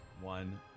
one